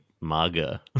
MAGA